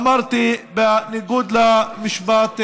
אמרתי, בניגוד למשפט הבין-לאומי.